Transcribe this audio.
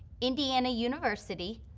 indiana university,